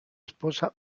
esposa